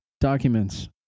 documents